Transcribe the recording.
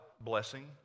blessing